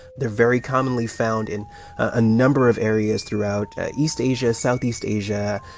they're very commonly found in a number of areas throughout east asia, southeast asia.